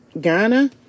Ghana